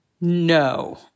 No